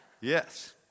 Yes